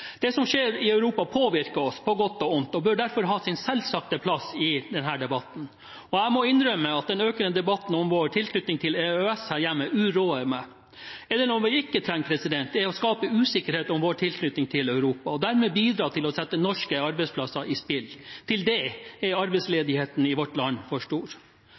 Det som skjer i Europa, påvirker oss – på godt og vondt – og bør derfor ha sin selvsagte plass i denne debatten. Jeg må innrømme at den økende debatten om vår tilknytning til EØS her hjemme uroer meg. Er det noe vi ikke trenger, er det å skape usikkerhet om vår tilknytning til Europa og dermed bidra til å sette norske arbeidsplasser i spill. Til det er arbeidsledigheten i vårt land for stor.